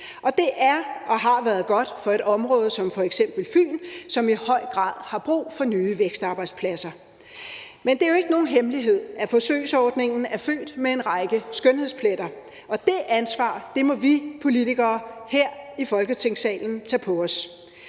det er og har været godt for et område som f.eks. Fyn, som i høj grad har brug for nye vækstarbejdspladser. Men det er jo ikke nogen hemmelighed, at forsøgsordningen er født med en række skønhedspletter, og det ansvar må vi politikere her i Folketingssalen tage på os.